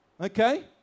Okay